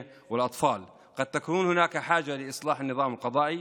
אם היא רוצה לקדם חוקים דחופים,